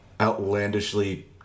outlandishly